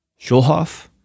Schulhoff